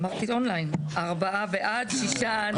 אמרתי און ליין, ארבעה בעד, שישה נגד